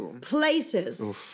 places